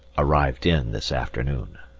arrived in, this afternoon.